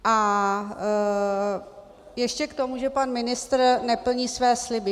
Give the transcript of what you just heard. A ještě k tomu, že pan ministr neplní své sliby.